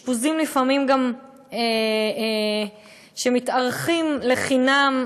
של אשפוזים שלפעמים מתארכים לחינם,